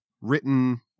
written